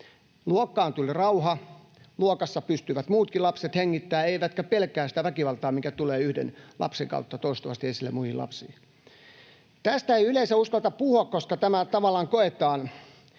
Luokkaan tuli rauha. Luokassa pystyivät muutkin lapset hengittämään. Ei tarvitse pelätä sitä väkivaltaa, mikä tulee yhden lapsen kautta toistuvasti esille muille lapsille. Tästä ei yleensä uskalleta puhua, koska tämä tavallaan koetaan